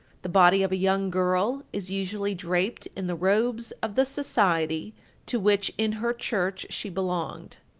the body of a young girl is usually draped in the robes of the society to which in her church she belonged.